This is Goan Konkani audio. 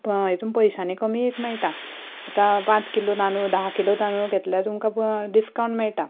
पयशांनी कमी एक मेळटा आतां पांच किलो तांदूळ धा किलो तांदूळ घेतल्यार तुमकां डिस्काउंट मेळटा